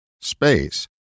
space